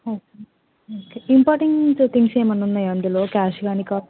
okay okay important things ఏమైనా ఉన్నాయా అందులో క్యాష్ కానీ క